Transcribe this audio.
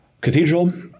cathedral